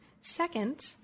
second